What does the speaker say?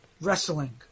wrestling